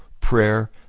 Prayer